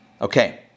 Okay